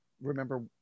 remember